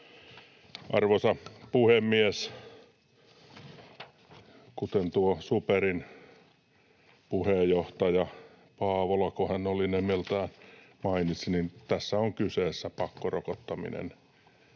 Arvoisa puhemies! Kuten tuo SuPerin puheenjohtaja, Paavolako hän oli nimeltään, mainitsi, tässä on käytännössä kyseessä pakkorokottaminen